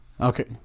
Okay